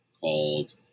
called